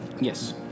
Yes